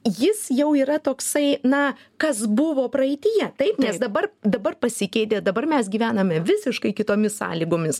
jis jau yra toksai na kas buvo praeityje taip nes dabar dabar pasikeitė dabar mes gyvename visiškai kitomis sąlygomis